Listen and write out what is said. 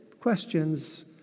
questions